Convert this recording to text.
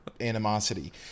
animosity